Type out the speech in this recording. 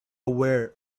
aware